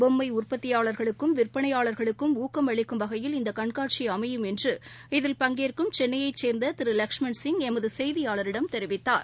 பொம்மை உற்பத்தியாளா்களுக்கும் விற்பனையாளா்களுக்கும் ஊக்கம் அளிக்கும் வகையில் இந்த கண்காட்சி அமையும் என்று இதில் பங்கேற்கும் சென்னையைச் சேர்ந்த லஷ்மண்சிங் எமது செய்தியாளரிடம் தெரிவித்தார்